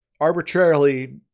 arbitrarily